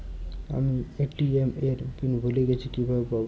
আমি এ.টি.এম এর পিন ভুলে গেছি কিভাবে পাবো?